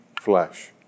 flesh